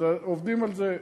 אז עובדים על זה.